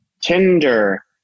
Tinder